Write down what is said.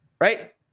right